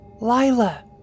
Lila